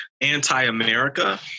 anti-America